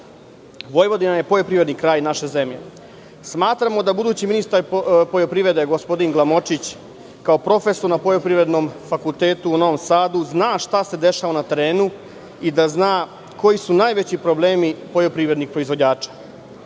Vojvodina je poljoprivredni kraj naše zemlje. Smatramo da budući ministar poljoprivrede, gospodin Glamočić, kao profesor na Poljoprivrednom fakultetu u Novom Sadu zna šta se dešava na terenu i da zna koji su najveći problemi poljoprivrednih proizvođača.